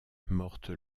morte